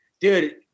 Dude